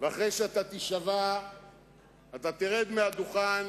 ואחרי שתישבע אתה תרד מהדוכן